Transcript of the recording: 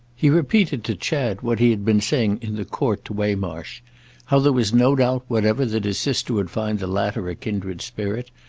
he repeated to chad what he had been saying in the court to waymarsh how there was no doubt whatever that his sister would find the latter a kindred spirit,